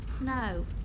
No